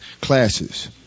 classes